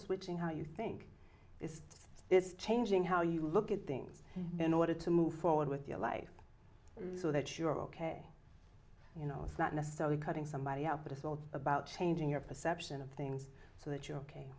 switching how you think is it changing how you look at things in order to move forward with your life so that you're ok you know it's not necessarily cutting somebody out but it's also about changing your perception of things so that you're ok